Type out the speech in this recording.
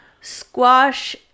squash